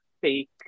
fake